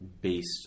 based